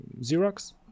Xerox